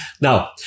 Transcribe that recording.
Now